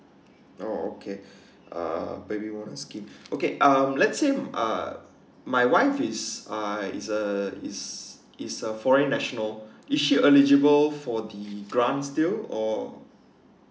oh okay uh baby bonus scheme okay um let's say uh my wife is a is a is is a foreign national is she eligible for the grant still or